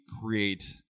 create